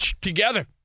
together